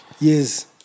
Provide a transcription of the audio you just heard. Yes